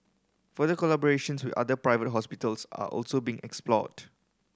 further collaborations with other private hospitals are also being explored